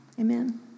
amen